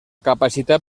capacitat